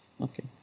okay